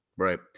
Right